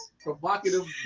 provocative